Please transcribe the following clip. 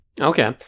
Okay